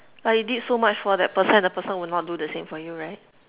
like you did so much for that person and the person will not do the same for you right